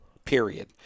period